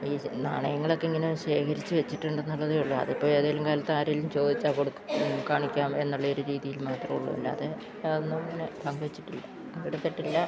ഈശ നാണയങ്ങളൊക്കിങ്ങനെ ശേഖരിച്ച് വെച്ചിട്ടുണ്ടെന്നുള്ളതേയുള്ളൂ അതിപ്പോൾ ഏതെങ്കിലും കാലത്താരെങ്കിലും ചോദിച്ചാൽ കൊട് കാണിക്കാം എന്നുള്ള ഒരു രീതിയിൽ മാത്രമേയുള്ളൂ അല്ലാതെ അതൊന്നും ഇങ്ങനെ പങ്ക് വെച്ചിട്ടില്ല അവിടുത്തെ ഇട്ടിട്ടില്ല